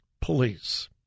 police